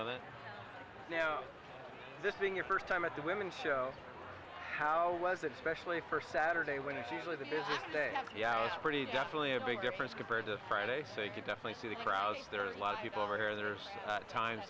know this being your first time at the women show how was it especially for saturday when it's usually the busiest day yeah it's pretty definitely a big difference compared to friday so you could definitely see the crowds there are a lot of people over here there's times